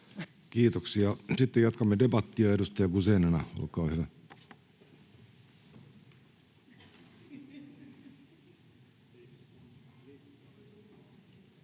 Kiitoksia. — Sitten jatkamme debattia. — Edustaja Guzenina, olkaa hyvä.